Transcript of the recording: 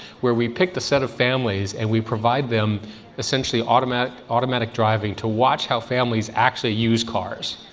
where we picked a set of families and we provide them essentially automatic automatic driving to watch how families actually use cars,